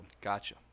gotcha